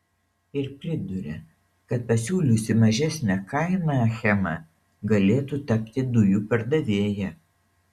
ir priduria kad pasiūliusi mažesnę kainą achema galėtų tapti dujų pardavėja